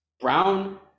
Brown